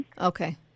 Okay